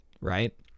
right